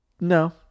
no